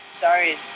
Sorry